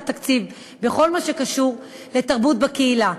את התקציב בכל הקשור לתרבות בקהילה,